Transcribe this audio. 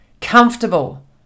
Comfortable